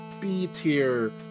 B-tier